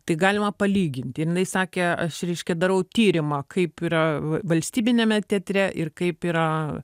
tai galima palyginti ir jinai sakė aš reiškia darau tyrimą kaip yra valstybiniame teatre ir kaip yra